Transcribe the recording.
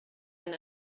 ein